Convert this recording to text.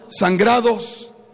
sangrados